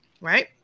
right